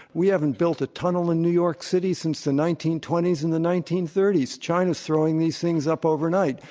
we haven't built a tunnel in new york city since the nineteen twenty s and the nineteen thirty s. china's throwing these things upovernight,